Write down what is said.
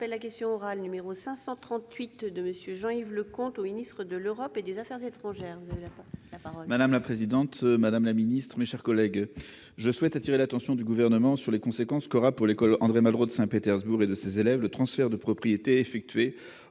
de la question n° 538, adressée à M. le ministre de l'Europe et des affaires étrangères. Madame la présidente, madame la ministre, mes chers collègues, je souhaite attirer l'attention du Gouvernement sur les conséquences qu'aura, pour l'école André-Malraux de Saint-Pétersbourg et ses élèves, le transfert de propriété effectué